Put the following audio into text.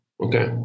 Okay